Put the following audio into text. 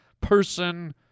person